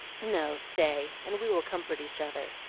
no, stay, and we will comfort each other.